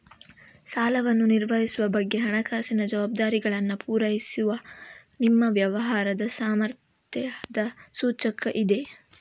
ಸಾಲವನ್ನು ನಿರ್ವಹಿಸುವ ಬಗ್ಗೆ ಹಣಕಾಸಿನ ಜವಾಬ್ದಾರಿಗಳನ್ನ ಪೂರೈಸುವ ನಿಮ್ಮ ವ್ಯವಹಾರದ ಸಾಮರ್ಥ್ಯದ ಸೂಚಕ ಇದೆ